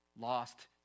lost